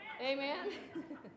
Amen